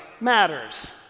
matters